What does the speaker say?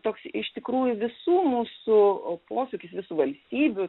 toks iš tikrųjų visų mūsų o posūkis visų valstybių